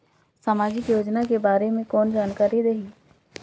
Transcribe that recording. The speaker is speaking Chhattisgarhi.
समाजिक योजना के बारे मे कोन जानकारी देही?